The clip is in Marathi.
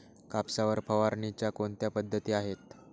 कापसावर फवारणीच्या कोणत्या पद्धती आहेत?